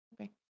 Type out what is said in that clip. Okay